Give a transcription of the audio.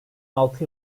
altı